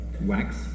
wax